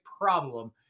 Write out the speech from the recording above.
problem